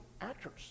actors